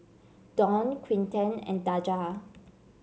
Dawne Quinten and Daja